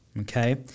Okay